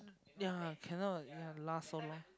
ya cannot you have last so long